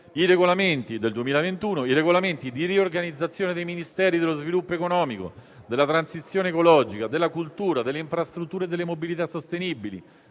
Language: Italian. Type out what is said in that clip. i regolamenti del 2021 di riorganizzazione dei Ministeri dello sviluppo economico, della transizione ecologica, della cultura, delle infrastrutture e della mobilità sostenibili,